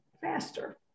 faster